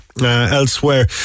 Elsewhere